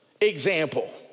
example